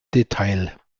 detail